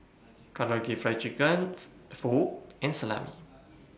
Karaage Fried Chicken Pho and Salami